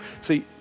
See